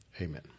Amen